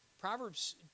Proverbs